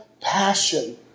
passion